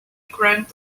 grant